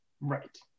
Right